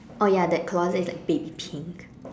oh ya that closet is like baby pink